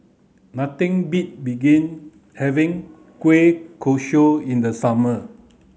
nothing beat begin having Kueh Kosui in the summer